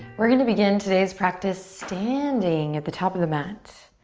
we're gonna begin today's practice standing at the top of the mat.